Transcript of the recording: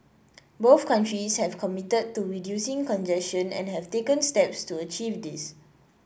both countries have committed to reducing congestion and have taken steps to achieve this